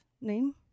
name